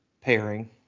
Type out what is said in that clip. pairing